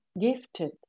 gifted